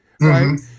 Right